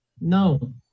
no